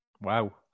Wow